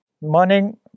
Morning